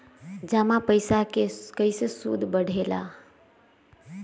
जमा पईसा के कइसे सूद बढे ला?